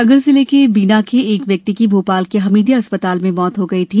सागर जिले के बीना के एक व्यक्ति की भोपाल के हमीदिया अस्पताल में मौत हो गई थी